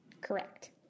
Correct